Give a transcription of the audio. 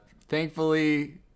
Thankfully